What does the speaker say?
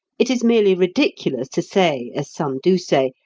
it is merely ridiculous to say, as some do say,